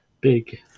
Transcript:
big